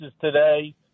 today